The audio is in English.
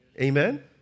Amen